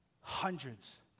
hundreds